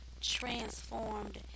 transformed